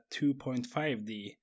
2.5D